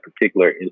particular